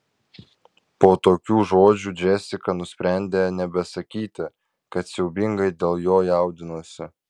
po tokių žodžių džesika nusprendė nebesakyti kad siaubingai dėl jo jaudinosi